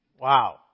Wow